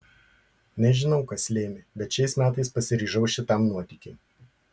nežinau kas lėmė bet šiais metais pasiryžau šitam nuotykiui